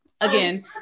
again